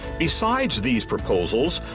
besides these proposals,